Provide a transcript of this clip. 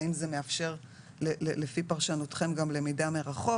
האם זה מאפשר לפי פרשנותכם גם למידה מרחוק